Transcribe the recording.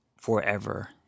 forever